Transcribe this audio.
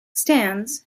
stands